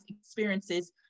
experiences